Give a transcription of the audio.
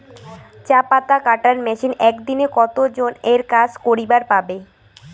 চা পাতা কাটার মেশিন এক দিনে কতজন এর কাজ করিবার পারে?